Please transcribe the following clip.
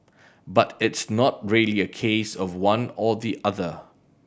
but it's not really a case of one or the other